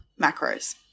macros